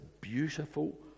beautiful